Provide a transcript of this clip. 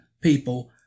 people